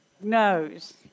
knows